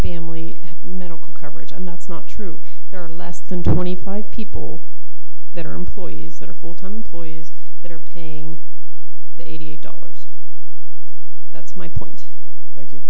family medical coverage and that's not true there are less than twenty five people that are employees that are full time employees that are paying the eighty eight dollars that's my point